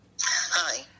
hi